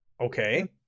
Okay